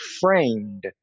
framed